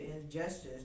injustice